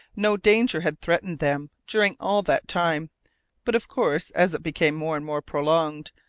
no danger had threatened them during all that time but, of course, as it became more and more prolonged,